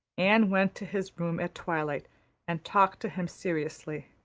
anne went to his room at twilight and talked to him seriously.